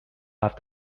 have